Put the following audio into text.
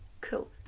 Cool